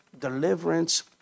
deliverance